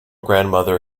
grandmother